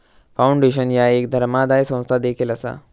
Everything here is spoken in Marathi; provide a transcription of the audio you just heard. फाउंडेशन ह्या एक धर्मादाय संस्था देखील असा